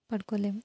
పడుకోలేం